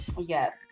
Yes